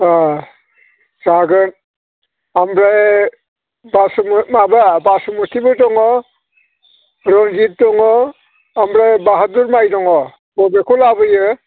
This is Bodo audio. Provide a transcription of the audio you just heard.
अ जागोन ओमफ्राय बासु माबा बासमतिबो दङ रन्जित दङ ओमफ्राय बाहादुर माइ दङ बबेखौ लाबोयो